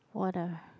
water